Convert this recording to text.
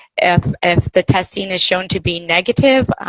if, if the testing is shown to be negative,